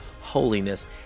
holiness